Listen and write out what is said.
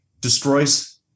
destroys